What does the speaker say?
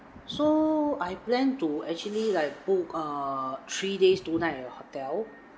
so I plan to actually like book uh three days two night at your hotel